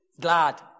Glad